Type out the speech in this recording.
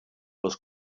was